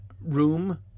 room